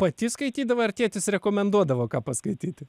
pati skaitydavai ar tėtis rekomenduodavo ką paskaityti